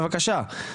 בבקשה.